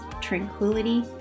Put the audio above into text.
tranquility